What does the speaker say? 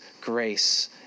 grace